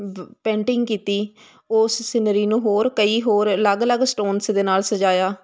painting ਕੀਤੀ ਉਸ scenery ਨੂੰ ਹੋਰ ਕਈ ਹੋਰ ਅਲੱਗ ਅਲੱਗ ਸਟੋਨਸ ਦੇ ਨਾਲ ਸਜਾਇਆ